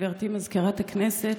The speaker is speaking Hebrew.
גברתי מזכירת הכנסת,